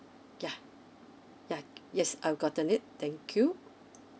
yeah yeah yes I've gotten it thank you